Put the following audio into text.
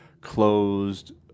closed